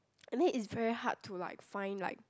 and then it's very hard to like find like